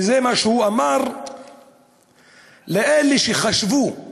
זה מה שהוא אמר לאלה שחשבו שהוא